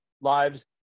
lives